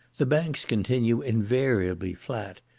the banks continue invariably flat,